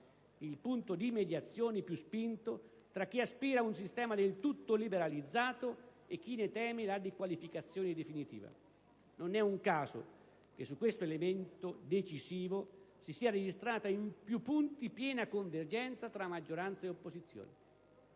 il punto di mediazione più spinto tra chi aspira a un sistema del tutto liberalizzato e chi ne teme la dequalificazione definitiva. Non è un caso che su questo elemento decisivo si sia registrata in più punti piena convergenza tra maggioranza e opposizione.